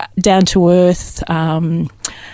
down-to-earth